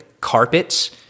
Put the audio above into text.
carpets